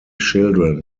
children